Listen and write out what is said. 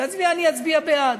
אני אצביע בעד.